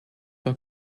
were